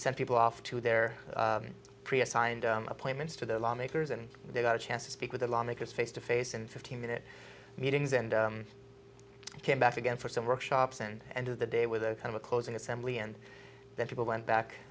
sent people off to their pre assigned appointments to the lawmakers and they got a chance to speak with the lawmakers face to face in fifteen minute meetings and came back again for some workshops and end of the day with a kind of a closing assembly and then people went back